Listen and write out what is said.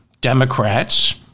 Democrats